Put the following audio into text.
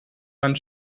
man